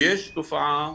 ויש תופעה,